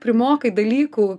primokai dalykų